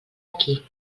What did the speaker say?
aquí